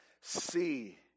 See